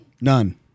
None